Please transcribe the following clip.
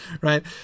right